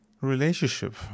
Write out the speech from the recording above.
relationship